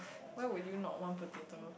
why would you not want potato